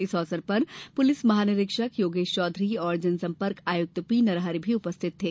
इस अवसर पर पुलिस महानिरीक्षक योगेश चौधरी और जनसम्पर्क आयुक्त पी नरहरि भी उपस्थित थे